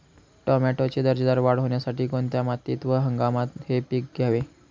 टोमॅटोची दर्जेदार वाढ होण्यासाठी कोणत्या मातीत व हंगामात हे पीक घ्यावे?